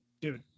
dude